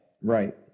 Right